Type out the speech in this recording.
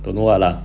don't know what lah